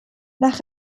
nach